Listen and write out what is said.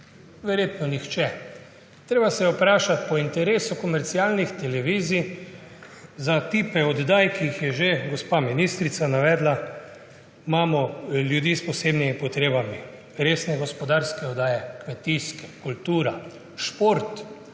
Verjetno nihče. Treba se je vprašati po interesu komercialnih televizij za tipe oddaj, ki jih je že gospa ministrica navedla, imamo ljudi s posebnimi potrebami, resne gospodarske oddaje, kmetijske, kultura, šport.